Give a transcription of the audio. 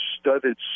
studded